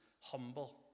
humble